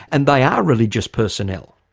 and they are religious personnel?